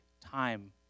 time